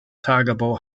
tagebau